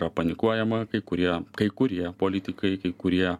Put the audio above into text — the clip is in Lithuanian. yra panikuojama kai kurie kai kurie politikai kai kurie